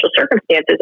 circumstances